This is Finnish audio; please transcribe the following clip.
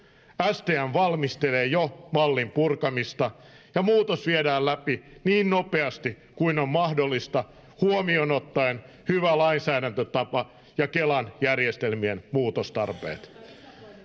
stm valmistelee jo mallin purkamista ja muutos viedään läpi niin nopeasti kuin on mahdollista huomioon ottaen hyvä lainsäädäntötapa ja kelan järjestelmien muutostarpeet